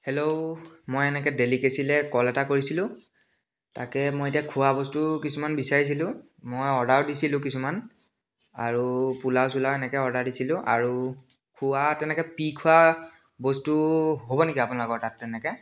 hello মই এনেকে ডেলিকেছিলে ক'ল এটা কৰিছিলোঁ তাকে মই এতিয়া খোৱা বস্তু কিছুমান বিচাৰিছিলোঁ মই অৰ্ডাৰ দিছিলোঁ কিছুমান আৰু পোলাও চোলাও এনেকে অৰ্ডাৰ দিছিলোঁ আৰু খোৱা তেনেকে পি খোৱা বস্তু হ'ব নেকি আপোনালোকৰ তাত তেনেকে